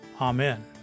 Amen